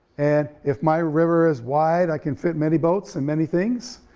and if my river is wide, i can fit many boats and many things,